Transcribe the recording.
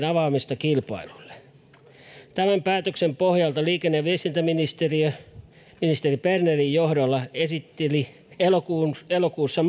avaamisesta kilpailulle tämän päätöksen pohjalta liikenne ja viestintäministeriö ministeri bernerin johdolla esitteli elokuussa